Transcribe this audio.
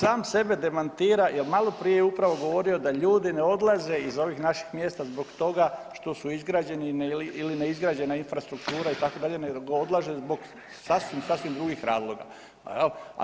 Ovaj sam sebe demantira jer maloprije je upravo govorio da ljudi ne odlaze iz ovih naših mjesta zbog toga što su izgrađeni ili ne izgrađena infrastruktura itd., nego odlaze zbog sasvim drugih razloga jel.